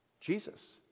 Jesus